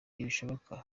ntibishoboka